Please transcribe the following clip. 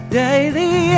daily